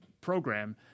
program